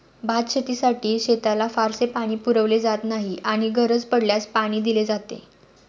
भातशेतीसाठी शेताला फारसे पाणी पुरवले जात नाही आणि गरज पडल्यास पाणी दिले जाते